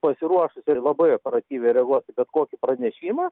pasiruošus ir labai operatyviai reaguos į bet kokį pranešimą